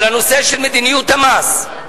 על הנושא של מדיניות המס,